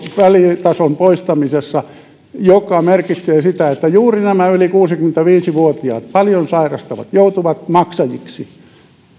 välitason poistamisesta mikä merkitsee sitä että juuri nämä yli kuusikymmentäviisi vuotiaat paljon sairastavat joutuvat maksajiksi